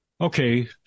Okay